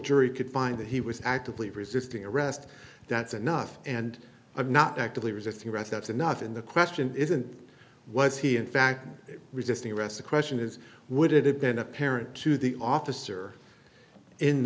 jury could find that he was actively resisting arrest that's enough and i'm not actively resisting arrest that's enough and the question isn't was he in fact resisting arrest the question is would it have been apparent to the officer in